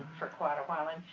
for quite a while. and,